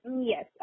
Yes